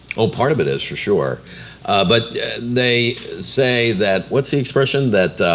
oh, part of it is for sure but they say that, what's the expression, that